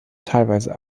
teilweise